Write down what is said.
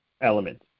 element